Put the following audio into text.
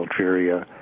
Algeria